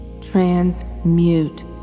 Transmute